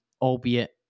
albeit